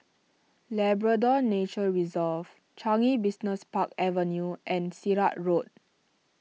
Labrador Nature Reserve Changi Business Park Avenue and Sirat Road